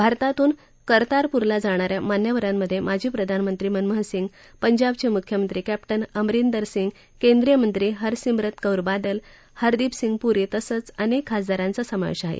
भारतातून कर्तारपूरला जाणा या मान्यवरांमधे माजी प्रधानमंत्री मनमोहन सिंगपंजाबचे मुख्यमंत्री कॅप्टन अमरिंदर सिंग केंद्रीय मंत्री हरसिमरत कौर बादल हरदीपसिंग पुरी तसंच अनेक खासदारांचा समावेश आहे